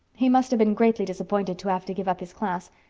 he must have been greatly disappointed to have to give up his class,